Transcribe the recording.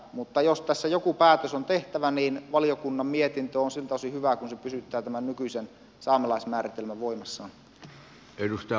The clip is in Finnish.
mutta jos tässä joku päätös on tehtävä niin valiokunnan mietintö on siltä osin hyvä kuin se pysyttää tämän nykyisen saamelaismääritelmän voimassaan